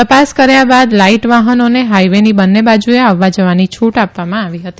તપાસ કર્યા બાદ લાઇટ વાહનોને હાઇવેની બંને બાજુએ આવવા જવાની છુટ આપવામાં આવી હતી